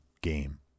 game